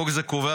חוק זה קובע,